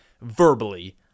verbally